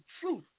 truth